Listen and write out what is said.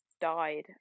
died